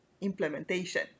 implementation